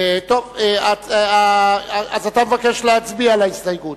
טוב, אז אתה מבקש להצביע על ההסתייגות.